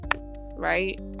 Right